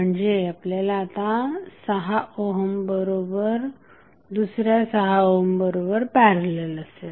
म्हणजे आपल्याला आता 6 ओहम दुसऱ्या 6 ओहम बरोबर पॅरलल असेल